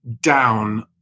down